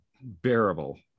bearable